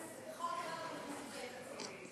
סעיפים תקציביים.